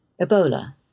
Ebola